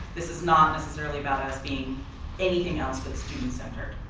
this is not necessarily about us being anything else but student centered.